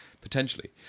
Potentially